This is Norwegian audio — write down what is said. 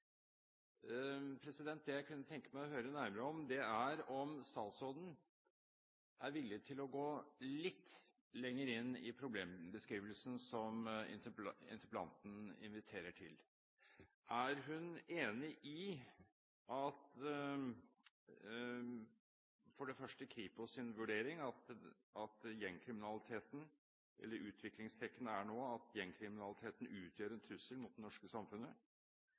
Det jeg kunne tenke meg å høre mer om, er om statsråden er villig til å gå litt lenger inn i problembeskrivelsen som interpellanten inviterer til. For det første: Er hun enig i Kripos’ vurdering av at utviklingstrekkene nå er at gjengkriminaliteten utgjør en trussel mot det norske samfunnet?